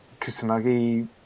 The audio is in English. Kusanagi